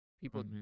People